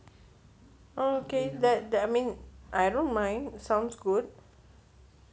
okay that that I mean I don't mind sounds good